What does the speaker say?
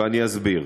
ואני אסביר.